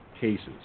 cases